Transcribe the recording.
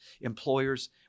employers